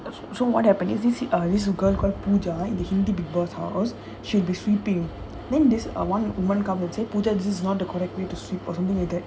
so basic so what happens is this uh this girl called pooja in the hindi bigg boss house she'll be sweeping then this [one] woman come and say pooja this is not the correct way to sweep or something like that